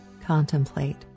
contemplate